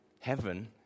heaven